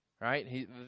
right